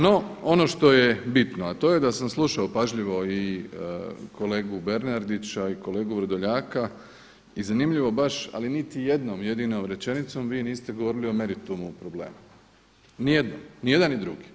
No, ono što je bitno, a to je da sam slušao i kolegu Bernardića i kolegu Vrdoljaka i zanimljivo baš, ali niti jednom jedinom rečenicom vi niste govorili o meritumu problema, nijednom, ni jedan, ni drugi.